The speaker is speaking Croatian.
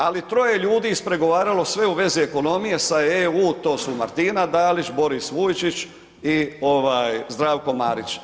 Ali troje ljudi je ispregovaralo sve u vezi ekonomije sa EU to su Martina Dalić, Boris Vujčić i Zdravko Marić.